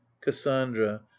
cassandra